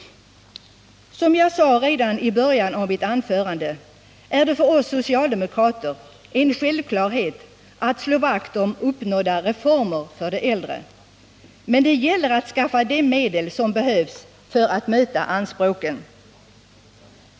Som jag sade redan i början av mitt anförande är det för oss socialdemokrater en självklarhet att slå vakt om uppnådda reformer för de äldre. Men det gäller att skaffa de medel som behövs för att möta anspråken.